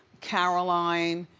caroline.